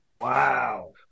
Wow